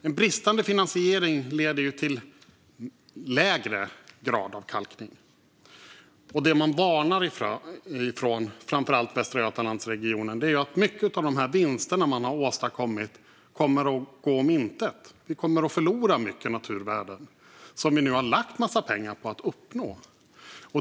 En bristande finansiering leder till en lägre grad av kalkning. Det som man varnar för framför allt från Västra Götalandsregionen är att mycket av de vinster som man har åstadkommit kommer att gå om intet. Vi kommer att förlora stora naturvärden som vi har lagt en massa pengar på att uppnå.